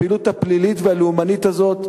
הפעילות הפלילית והלאומנית הזאת,